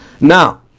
Now